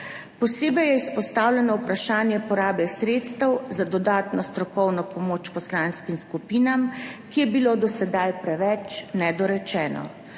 Posebej je izpostavljeno vprašanje porabe sredstev za dodatno strokovno pomoč poslanskim skupinam, ki je bilo do sedaj preveč nedorečeno,